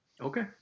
Okay